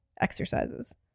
exercises